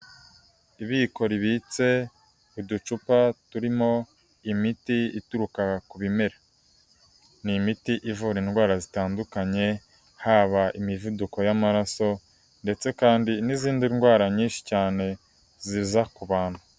ibiko ribitse uducupa turimo imiti ituruka ku bimera, ni imiti ivura indwara zitandukanye haba imivuduko y'amaraso ndetse kandi n'izindi ndwara nyinshi cyane ziza ku bantu.